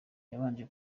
yabanje